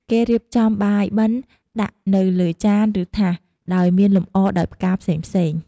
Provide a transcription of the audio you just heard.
គេរៀបចំបាយបិណ្ឌ ដាក់នៅលើចាន ឬថាស ដោយមានលម្អដោយផ្កាផ្សេងៗ។